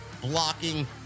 blocking